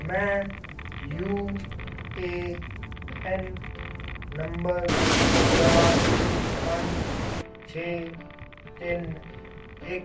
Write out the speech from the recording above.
ਮੈਂ U A N number ਚਾਰ ਪੰਜ ਛੇ ਤਿੰਨ ਇੱਕ